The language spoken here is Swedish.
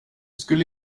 skulle